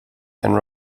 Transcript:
and